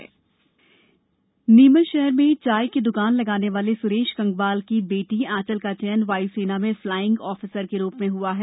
वायुसेना चयन नीमच शहर में चाय की दुकान लगाने वाले सुरेश गंगवाल की प्रतिभावान बेटी आंचल का चयन वायुसेना में फ्लाइंग आफिसर के रूप में हुआ है